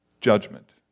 Judgment